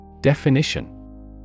Definition